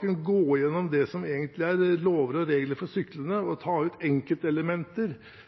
gå igjennom det som egentlig er lover og regler for syklende, og å ta ut